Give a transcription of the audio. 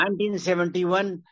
1971